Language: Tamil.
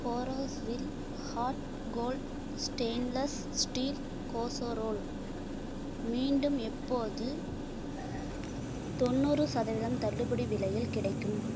Borosil hot cold stainless steel casserole மீண்டும் எப்போது தொண்ணூறு சதவீதம் தள்ளுபடி விலையில் கிடைக்கும்